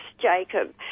Jacob